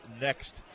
next